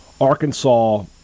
Arkansas